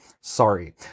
Sorry